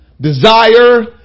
Desire